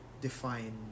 define